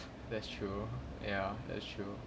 that's true ya that's true